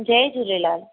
Jay Jhulelal